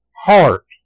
heart